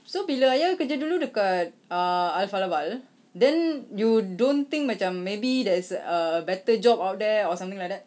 so bila ayah kerja dulu dekat uh alfa laval then you don't think macam maybe there's a better job out there or something like that